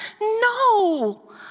no